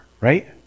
right